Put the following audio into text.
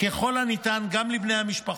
ככל הניתן גם לבני המשפחות.